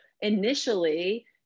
initially